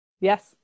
Yes